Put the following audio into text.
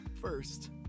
first